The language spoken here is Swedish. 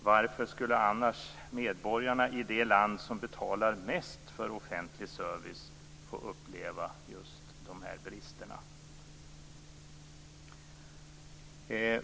Varför skulle annars medborgarna i det land som betalar mest för offentlig service få uppleva just de här bristerna?